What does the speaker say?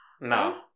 No